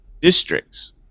districts